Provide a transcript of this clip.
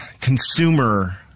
consumer